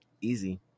easy